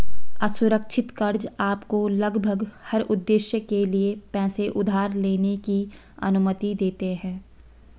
असुरक्षित कर्ज़ आपको लगभग हर उद्देश्य के लिए पैसे उधार लेने की अनुमति देते हैं